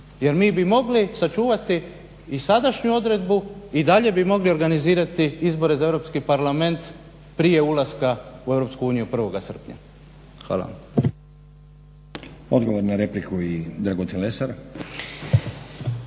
Jer mi bi mogli sačuvati i sadašnju odredbu i dalje bi mogli organizirati izbore za EU parlament prije ulaska u EU 1.srpnja. Hvala vam. **Stazić, Nenad (SDP)** Odgovor na repliku Dragutin Lesar.